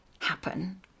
happen